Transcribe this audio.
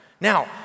Now